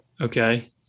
Okay